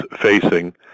facing